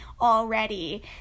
already